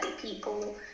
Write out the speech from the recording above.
people